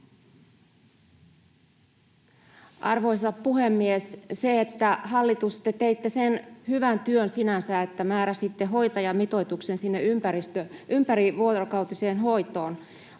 Arvoisa puhemies! Se, että te, hallitus, teitte sen sinänsä hyvän työn, että määräsitte hoitajamitoituksen sinne ympärivuorokautiseen hoitoon,